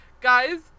guys